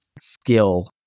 skill